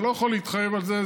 אני לא יכול להתחייב על זה,